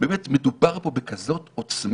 באמת מדובר פה בכזאת עוצמה,